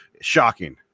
shocking